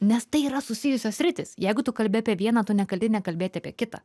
nes tai yra susijusios sritys jeigu tu kalbi apie vieną tu negali nekalbėti apie kitą